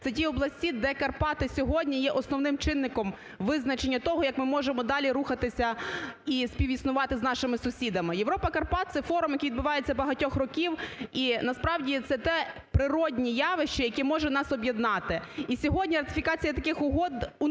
це ті області, де Карпати сьогодні є основним чинником визначення того як ми можемо далі рухатися і співіснувати з нашими сусідами. "Європа Карпат" – це форум, який відбувається багатьох років і насправді, це те природнє явище, яке може нас об'єднати. І сьогодні ратифікація таких угод унеможливлює